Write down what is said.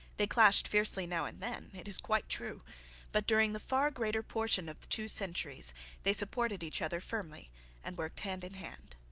they clashed fiercely now and then, it is quite true but during the far greater portion of two centuries they supported each other firmly and worked hand in hand.